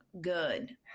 Good